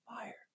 fire